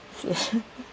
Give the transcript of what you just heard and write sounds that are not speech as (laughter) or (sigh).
(laughs)